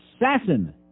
assassin